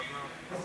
טוב מאוד.